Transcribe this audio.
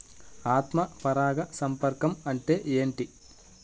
ఆత్మ పరాగ సంపర్కం అంటే ఏంటి?